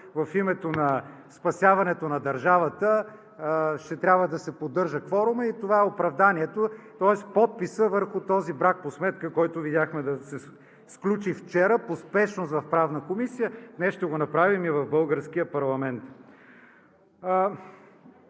в името на спасяването на държавата ще трябва да се поддържа кворумът. И това е оправданието, тоест подписът върху този брак по сметка, който видяхме да се сключи вчера по спешност в Правната комисия, днес ще го направим и в българския парламент.